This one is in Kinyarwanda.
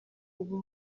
ubu